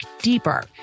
deeper